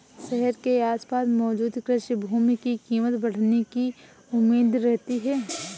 शहर के आसपास मौजूद कृषि भूमि की कीमत बढ़ने की उम्मीद रहती है